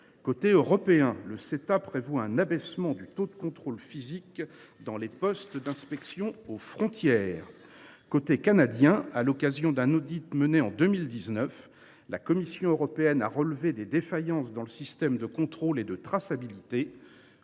côté européen, le Ceta prévoit un abaissement du taux de contrôle physique dans les postes d’inspection aux frontières ; côté canadien, à l’occasion d’un audit mené en 2019, la Commission européenne a relevé des défaillances dans le système de contrôle et de traçabilité,